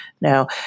now